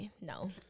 No